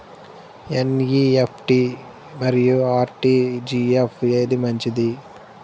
NEFT మరియు RTGS ఏది మంచిది?